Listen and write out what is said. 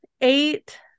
eight